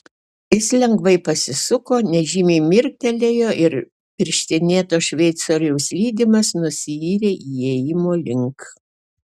jis lengvai pasisuko nežymiai mirktelėjo ir pirštinėto šveicoriaus lydimas nusiyrė įėjimo link